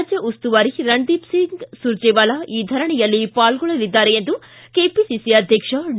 ರಾಜ್ಯ ಉಸ್ತುವಾರಿ ರಣದೀದ್ ಸಿಂಗ್ ಸುರ್ಜೆವಾಲಾ ಈ ಧರಣಿಯಲ್ಲಿ ಪಾಲ್ಗೊಳ್ಳಲಿದ್ದಾರೆ ಎಂದು ಕೆಪಿಸಿಸಿ ಅಧ್ಯಕ್ಷ ಡಿ